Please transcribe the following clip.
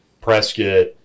Prescott